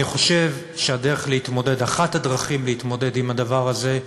אני חושב שאחת הדרכים להתמודד עם הדבר הזה,